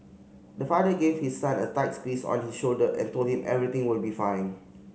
the father gave his son a tight squeeze on his shoulder and told him everything will be fine